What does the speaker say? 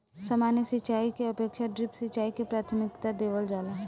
सामान्य सिंचाई के अपेक्षा ड्रिप सिंचाई के प्राथमिकता देवल जाला